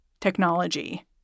technology